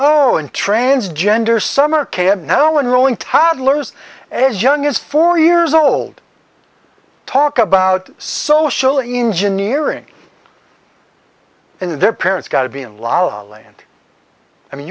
oh and transgender summer camp now unrolling toddlers as young as four years old talk about social engineering in their parents got to be in la la land i mean